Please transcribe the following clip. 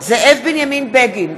זאב בנימין בגין,